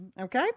Okay